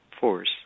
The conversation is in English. force